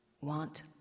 want